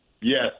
Yes